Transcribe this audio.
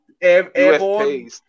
Airborne